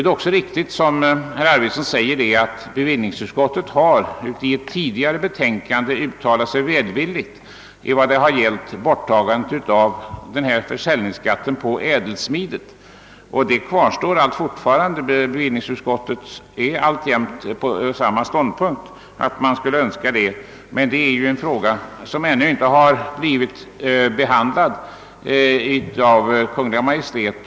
Det är riktigt som herr Arvidson sade att bevillningsutskottet i ett tidigare betänkande har uttalat sin välvilja i vad gäller borttagandet av försäljningsskatten på ädelsmiden. Bevillningsutskottet intar alltjämt samma ståndpunkt, men frågan har ännu inte blivit behandlad av Kungl. Maj:t.